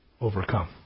Overcome